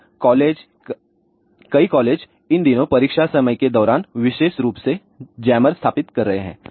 अब कॉलेज कई कॉलेज इन दिनों परीक्षा समय के दौरान विशेष रूप से जैमर स्थापित कर रहे हैं